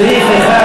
סעיף 1